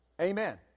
Amen